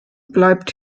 bleibt